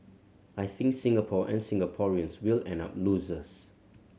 I think Singapore and Singaporeans will end up losers